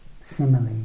simile